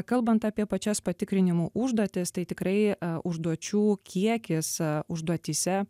kalbant apie pačias patikrinimų užduotis tai tikrai užduočių kiekis užduotyse